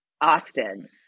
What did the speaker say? Austin